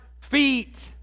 feet